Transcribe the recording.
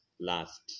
last